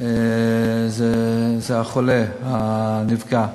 זה החולה, הנפגע.